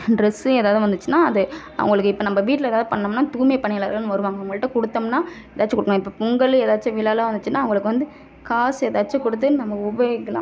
dress எதாவது வந்துச்சுன்னா அது அவங்களுக்கு இப்போ நம்ம வீட்டில் எதாவது பண்ணிணோம்னா தூய்மை பணியாளர்கள்னு வருவாங்க அவங்கள்கிட்ட கொடுத்தோம்னா ஏதாச்சம் கொடுக்கலாம் இப்போ பொங்கல் ஏதாச்சும் விழாலாம் வந்துச்சுன்னா அவங்களுக்கு வந்து காசு ஏதாச்சும் கொடுத்து நம்ம உபயோகிக்கலாம்